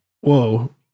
Whoa